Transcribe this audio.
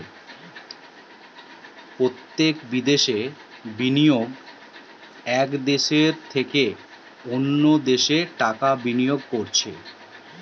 প্রত্যক্ষ বিদ্যাশে বিনিয়োগ এক দ্যাশের নু অন্য দ্যাশে টাকা বিনিয়োগ করতিছে